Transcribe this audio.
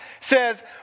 says